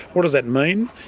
what does that mean,